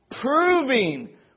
proving